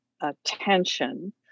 attention